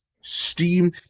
steam